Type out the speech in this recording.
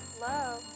Hello